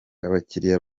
abakiliya